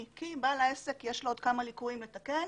כי לבעל העסק יש עוד כמה ליקויים לתקן